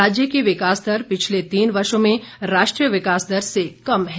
राज्य की विकास दर पिछले तीन वर्षो में राष्ट्रीय विकास दर से कम है